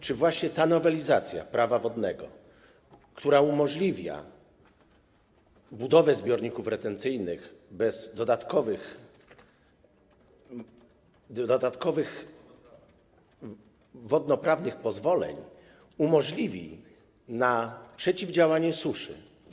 Czy właśnie ta nowelizacja Prawa wodnego, która umożliwia budowę zbiorników retencyjnych bez dodatkowych wodnoprawnych pozwoleń, umożliwi przeciwdziałanie suszy?